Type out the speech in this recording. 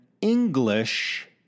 English